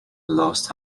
lost